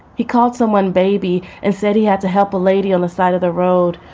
he called someone baby, and said he had to help a lady on the side of the road,